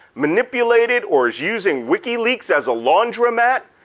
manipulated or is using wikileaks as a laundromat,